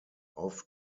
auf